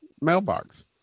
mailbox